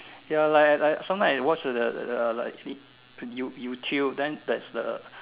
ya like like sometime I watch the the the the like you~ you~ YouTube then there's the